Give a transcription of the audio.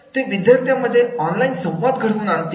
नंतर ते विद्यार्थ्यांमध्ये ऑनलाईन संवाद घडवून आणतात